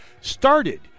started